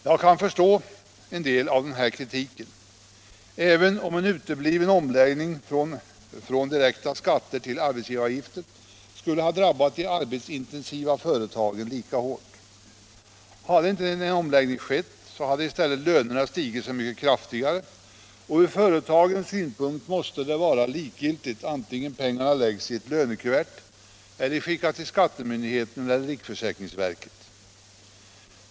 Jag kan förstå en del av den kritiken, även om en utebliven omläggning från direkta skatter till arbetsgivaravgifter skulle ha drabbat de arbetsintensiva företagen lika hårt. Om en omläggning inte skett, hade i stället lönerna stigit så mycket kraftigare, och ur företagets synpunkt måste det vara likgiltigt om pengarna läggs i ett lönekuvert eller skickas till skattemyndigheten eller riksförsäkringsverket.